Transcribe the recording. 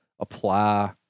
apply